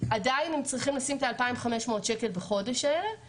עדיין הם צריכים לשים את ה-2,500 שקל בחודש או